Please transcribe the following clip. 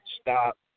stop